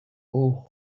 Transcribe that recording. اوه